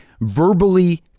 verbally